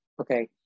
Okay